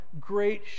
great